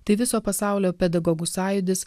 tai viso pasaulio pedagogų sąjūdis